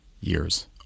years